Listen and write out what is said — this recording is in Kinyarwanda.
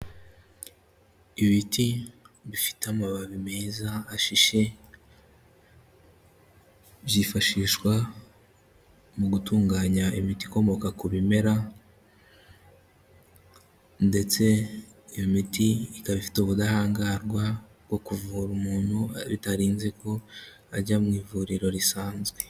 Ibiti bifite amababi meza ashishe byifashishwa mu gutunganya imiti ikomoka ku bimera ndetse iyo miti ikaba ifite ubudahangarwa bwo kuvura umuntu bitarinze ko ajya mu ivuriro risanzwe.